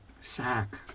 sack